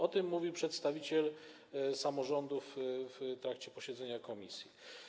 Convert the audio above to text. O tym mówił przedstawiciel samorządów w trakcie posiedzenia komisji.